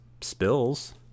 spills